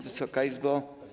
Wysoka Izbo!